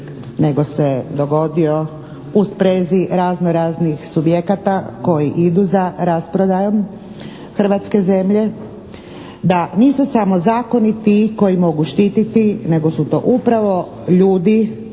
nego se dogodio u sprezi razno raznih subjekata koji idu za rasprodajom hrvatske zemlje. Da nisu samo zakoni ti koji mogu štititi nego su to upravo ljudi